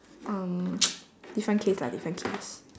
um different case lah different case